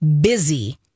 busy